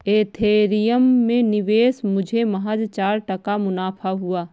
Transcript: Ethereum में निवेश मुझे महज चार टका मुनाफा हुआ